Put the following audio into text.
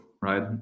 right